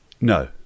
No